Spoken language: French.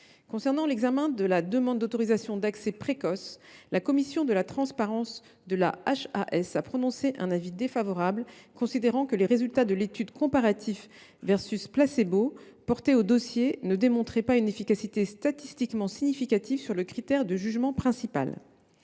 septembre 2025. Sur la demande d’autorisation d’accès précoce, la commission de la transparence de la HAS a prononcé un avis défavorable, considérant que les résultats de l’étude comparative placebo, portés au dossier, ne démontraient pas une efficacité statistiquement significative sur le critère de jugement principal.